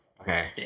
Okay